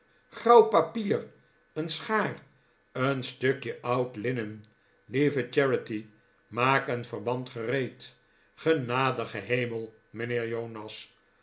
grauw papier een schaar een stukje oud linnen lieve charity maak een verband gereed genadige hemel mijnheer